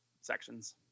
sections